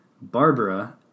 Barbara